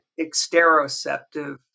exteroceptive